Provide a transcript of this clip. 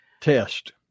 Test